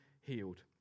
healed